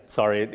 sorry